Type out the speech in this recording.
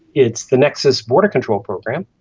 it's the nexus border control program.